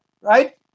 right